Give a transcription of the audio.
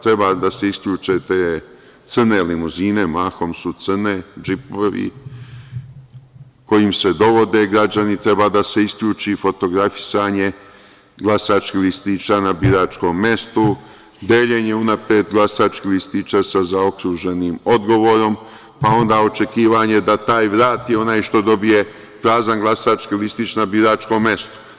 Treba da se isključe te crne limuzine, mahom su crne, džipovi kojim se dovode građani, treba da se isključi fotografisanje glasačkih listića na biračkom mestu, deljenje unapred glasačkih listića sa zaokruženim odgovorom, pa onda očekivanje da taj vrati, onaj što dobije prazan glasački listić na biračkom mestu.